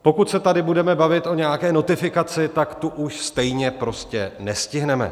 Pokud se tady budeme bavit o nějaké notifikaci, tak tu už stejně prostě nestihneme.